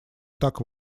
так